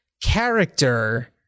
character